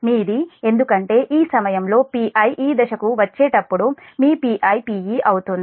మీది ఎందుకంటే ఈ సమయంలో Pi ఈ దశకు వచ్చేటప్పుడు మీPi Pe అవుతుంది